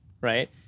right